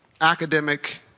academic